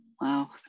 Wow